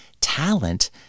talent